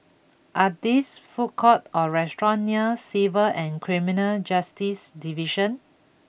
are this food courts or restaurants near Civil and Criminal Justice Division